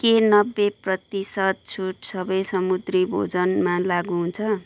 के नब्बे प्रतिशत छुट सबै समुद्री भोजनमा लागू हुन्छ